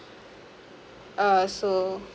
uh so